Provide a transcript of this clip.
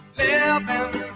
Living